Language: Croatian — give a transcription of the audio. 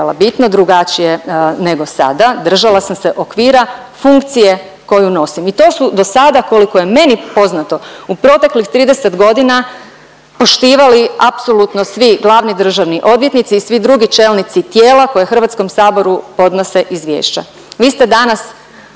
bitno drugačije nego sada, držala sam se okvira, funkcije koju nosim i to su dosada koliko je meni poznato u proteklih 30.g. poštivali apsolutno svi glavni državni odvjetnici i svi drugi čelnici tijela koje HS podnose izvješća.